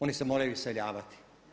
Oni se moraju iseljavati.